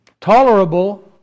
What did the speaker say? Tolerable